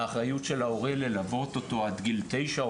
האחריות של ההורה היא ללוות אותו עד גיל תשע,